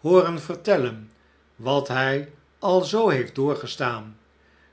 hooren vertellen wat hij al zoo heeft doorgestaan